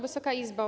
Wysoka Izbo!